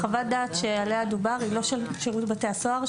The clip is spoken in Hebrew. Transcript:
חוות הדעת שעליה דובר היא לא של שירות בתי הסוהר.